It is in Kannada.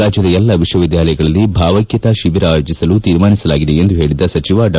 ರಾಜ್ಯದ ಎಲ್ಲಾ ವಿಶ್ವವಿದ್ಯಾಲಯಗಳಲ್ಲಿ ಭಾವೈಕ್ವತಾ ಶಿಬಿರ ಅಯೋಜಿಸಲು ತೀರ್ಮಾನಿಸಲಾಗಿದೆ ಎಂದು ಹೇಳಿದ ಸಚಿವ ಡಾ